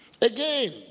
Again